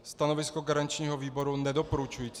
Stanovisko garančního výboru je nedoporučující.